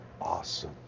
awesome